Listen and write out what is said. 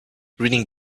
reading